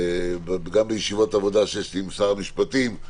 גם בישיבות עבודה שיש לי עם שר המשפטים,